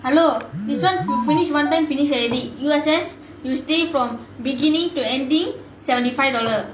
hello this [one] you finish one time finish already U_S_S you stay from beginning to ending seventy five dollar